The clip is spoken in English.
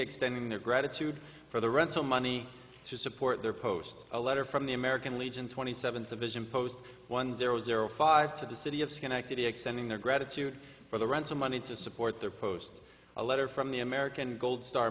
extending their gratitude for the rental money to support their post a letter from the american legion twenty seven the vision post one zero zero five to the city of schenectady extending their gratitude for the ransom money to support their post a letter from the american gold star